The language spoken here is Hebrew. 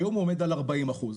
היום הוא עומד על 40 אחוז.